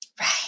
Right